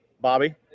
Bobby